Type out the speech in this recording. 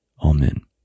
Amen